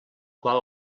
qual